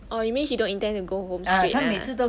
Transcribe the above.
orh you mean she don't intend to go home straight ah